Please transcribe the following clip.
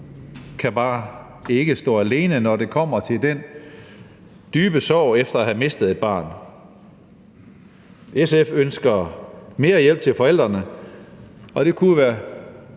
kan bare ikke stå alene, når det kommer til den dybe sorg efter at have mistet et barn. SF ønsker mere hjælp til forældrene, og det kunne